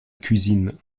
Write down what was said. cuisine